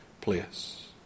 place